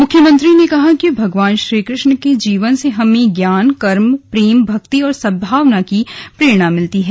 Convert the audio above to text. मुख्यमंत्री ने कहा कि भगवान श्री कृष्ण के जीवन से हमें ज्ञान कर्म प्रेम भक्ति और सद्भावना की प्रेरणा मिलती है